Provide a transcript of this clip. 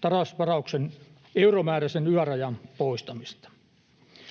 tasausvarauksen euromääräisen ylärajan poistamista.